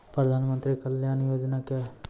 प्रधानमंत्री कल्याण योजना क्या हैं?